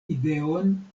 ideon